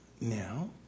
Now